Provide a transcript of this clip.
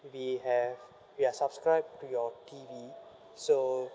we have we are subscribe to your T_V so